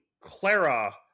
Clara